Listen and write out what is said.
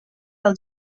del